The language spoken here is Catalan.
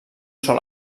sòl